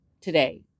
today